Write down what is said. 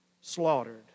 slaughtered